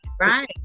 Right